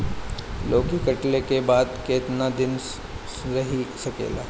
लौकी कटले के बाद केतना दिन रही सकेला?